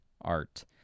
art